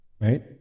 right